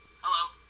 Hello